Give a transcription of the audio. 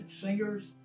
singers